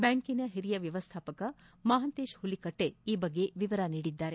ಬ್ಯಾಂಕಿನ ಹಿರಿಯ ವ್ಯವಸ್ಥಾಪಕ ಮಹಾಂತೇಶ್ ಹುಲಿಕಟ್ಟೆ ಈ ಬಗ್ಗೆ ವಿವರ ನೀಡಿದ್ದಾರೆ